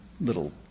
little